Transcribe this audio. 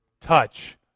Touch